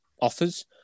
offers